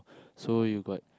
so you got